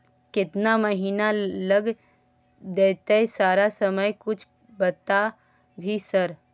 केतना महीना लग देतै सर समय कुछ बता भी सर?